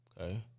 Okay